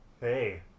hey